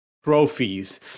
trophies